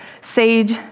Sage